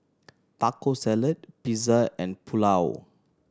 Taco Salad Pizza and Pulao